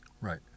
right